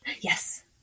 Yes